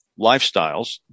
lifestyles